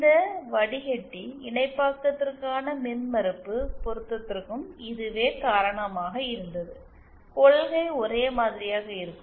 இந்த வடிகட்டி இணைப்பாக்கத்திற்கான மின்மறுப்பு பொருத்தத்திற்கும் இதுவே காரணமாக இருந்தது கொள்கை ஒரே மாதிரியாக இருக்கும்